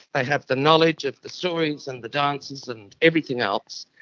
they have the knowledge of the stories, and the dances and everything else,